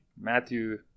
Matthew